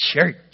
church